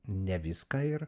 ne viską ir